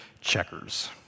Checkers